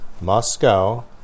Moscow